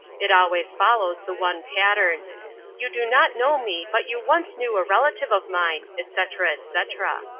it always follows the one pattern you do not know me, but you once knew a relative of mine, etc, etc.